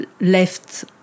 left